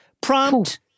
Prompt